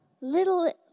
little